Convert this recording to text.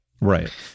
Right